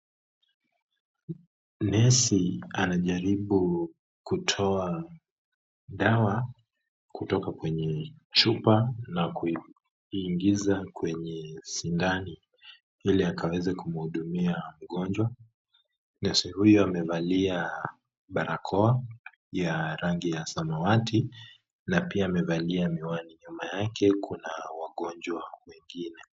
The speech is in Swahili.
Nesi anajaribu kutoa dawa kutoka kwenye chupa na kuiingiza kwenye sindano ili akaweze kumhudumia mgonjwa. Nesi huyo amevalia barakoa ya rangi ya samawati na pia amevalia miwani. Nyuma yake kuna wagonjwa wengine.